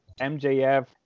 MJF